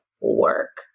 work